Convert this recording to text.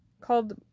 called